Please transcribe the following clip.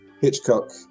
Hitchcock